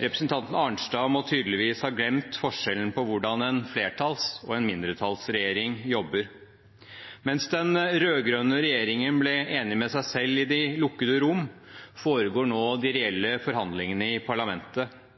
Representanten Arnstad må tydeligvis ha glemt forskjellen på hvordan en flertallsregjering og en mindretallsregjering jobber. Mens den rød-grønne regjeringen ble enig med seg selv i de lukkede rom, foregår nå de reelle forhandlingene i parlamentet.